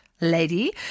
lady